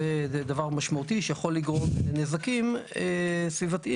זה דבר משמעותי שיכול לגרום נזקים סביבתיים.